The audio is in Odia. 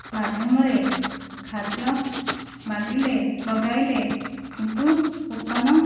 ମାଧ୍ୟମରେ ଖାଦ୍ୟ ମାଗିଲେ ମଗାଇଲେ କିନ୍ତୁ କୁପନ୍